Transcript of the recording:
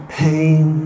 pain